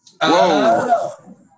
Whoa